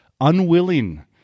unwilling